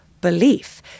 belief